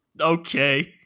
okay